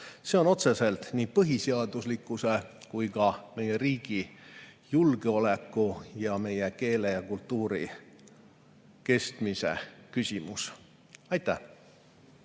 See on otseselt nii põhiseaduslikkuse kui ka meie riigi julgeoleku ja meie keele ja kultuuri kestmise küsimus. Aitäh!